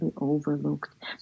overlooked